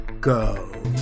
go